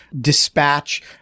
dispatch